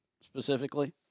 specifically